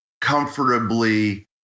comfortably